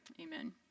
amen